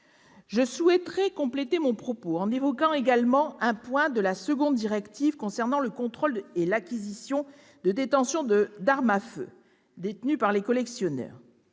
l'État. Je compléterai mon propos en évoquant également un point de la seconde directive sur le contrôle de l'acquisition et de la détention des armes à feu détenues par les collectionneurs.